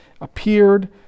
appeared